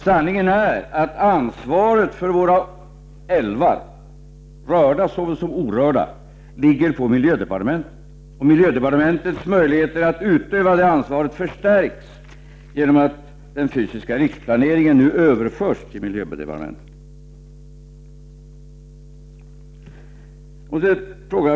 Sanningen är att ansvaret för våra älvar, rörda såväl som orörda, ligger på miljödepartementet. Miljödepartementets möjligheter att utöva detta ansvar förstärks genom att den fysiska riksplaneringen nu överförs till miljödepartementet.